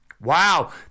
Wow